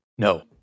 No